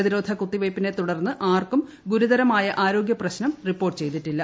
പ്രതിരോധ ്് കുത്തിവയ്പ്പിനെ തുടർന്ന് ആർക്കും ഗുരുതരമായ ആരോഗ്യപ്രശ്നം റിപ്പോർട്ട് ചെയ്തിട്ടില്ല